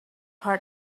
heard